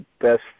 best